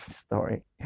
story